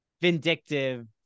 vindictive